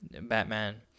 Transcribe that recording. batman